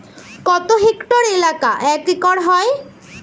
কত হেক্টর এলাকা এক একর হয়?